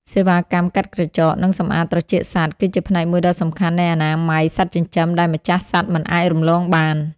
សេវាកម្មកាត់ក្រចក និងសម្អាតត្រចៀកសត្វ គឺជាផ្នែកមួយដ៏សំខាន់នៃអនាម័យសត្វចិញ្ចឹមដែលម្ចាស់សត្វមិនអាចរំលងបាន។